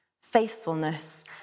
faithfulness